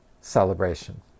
celebration